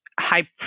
high